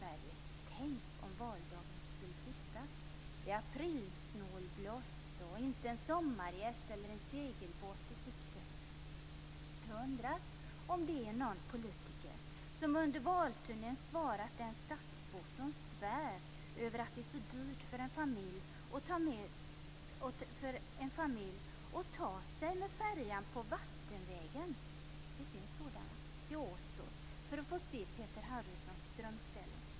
Tänk om valdagen skulle flyttas, så att valet skulle hållas i aprilsnålblåst utan en sommargäst eller en segelbåt i sikte! Jag undrar hur en politiker under valturnén svarar den stadsbo som svär över att det är så dyrt för familjen att med färja - sådana finns - vattenvägen ta sig till Åstol för att få se Peter Harryssons drömställe.